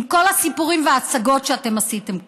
עם כל הסיפורים וההצגות שאתם עשיתם כאן.